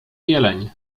jeleń